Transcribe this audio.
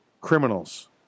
criminals